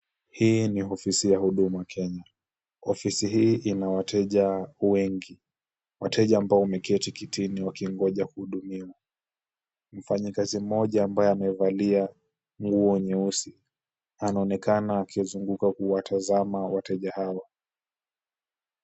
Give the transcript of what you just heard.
Hii ni ofisi ya Huduma Kenya, ofisi hii ina wateja wengi wateja ambao wameketi kitini wakingoja kuhudumiwa, mfanyikazi mmoja ambaye amevalia nguo nyeusi anaonekana akizunguka kuwatazama wateja hawa.